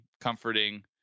comforting